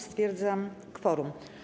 Stwierdzam kworum.